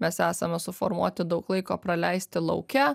mes esame suformuoti daug laiko praleisti lauke